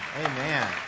amen